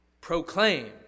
proclaim